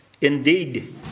Indeed